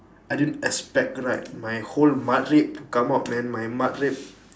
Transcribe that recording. I didn't expect right my whole matrep to come out man my matrep